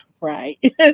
Right